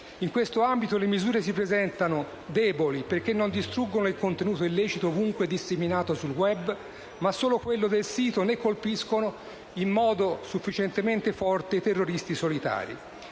In questo ambito le misure si presentano deboli perché non distruggono il contenuto illecito ovunque disseminato sul *web*, ma solo quello del sito, né colpiscono in modo sufficientemente forte i terroristi solitari.